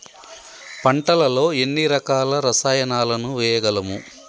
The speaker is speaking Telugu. పంటలలో ఎన్ని రకాల రసాయనాలను వేయగలము?